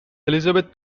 elizabeth